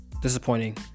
Disappointing